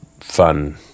fun